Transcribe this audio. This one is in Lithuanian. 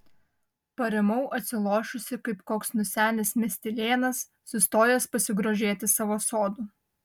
parimau atsilošusi kaip koks nusenęs miestelėnas sustojęs pasigrožėti savo sodu